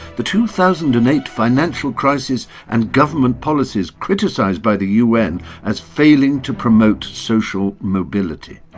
the two thousand and eight financial crisis and government policies criticised by the un as failing to promote social mobility.